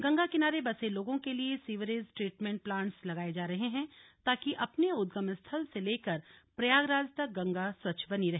गंगा किनारे बसे लोगों के लिए सीवरेज ट्रीटमेंट प्लांट्स लगाए जा रहे है ताकि अपने उदगम स्थल से लेकर प्रयागराज तक गंगा स्वच्छ बनी रहे